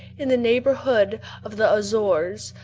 in the neighborhood of the azores,